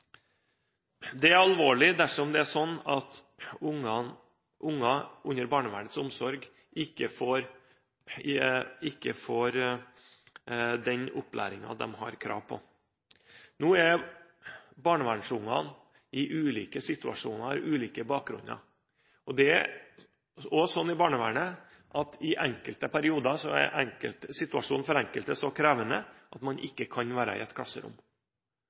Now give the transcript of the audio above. Det er alvorlig dersom det er slik at barn under barnevernets omsorg ikke får den opplæringen de har krav på. Barnevernsbarna er i ulike situasjoner og har ulik bakgrunn, og det er også slik at i enkelte perioder er situasjonen for enkelte så krevende at de ikke kan være i et klasserom.